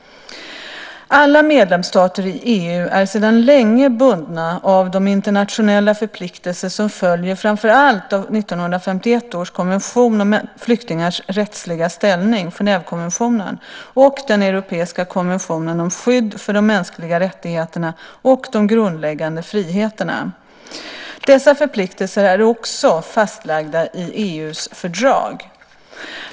Alla medlemsstater i EU är sedan länge bundna av de internationella förpliktelser som följer framför allt av 1951 års konvention om flyktingars rättsliga ställning, Genèvekonventionen, och den europeiska konventionen om skydd för de mänskliga rättigheterna och de grundläggande friheterna. Dessa förpliktelser är också fastlagda i EU:s fördrag.